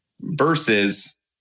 versus